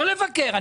לא לבקר.